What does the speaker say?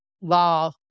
law